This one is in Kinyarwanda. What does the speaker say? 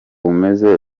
umeze